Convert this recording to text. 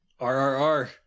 RRR